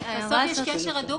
ההערה הזאת נכונה